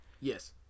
Yes